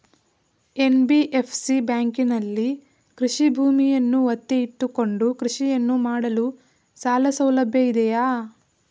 NBFC ಬ್ಯಾಂಕಿನಲ್ಲಿ ಕೃಷಿ ಭೂಮಿಯನ್ನು ಒತ್ತೆ ಇಟ್ಟುಕೊಂಡು ಕೃಷಿಯನ್ನು ಮಾಡಲು ಸಾಲಸೌಲಭ್ಯ ಇದೆಯಾ?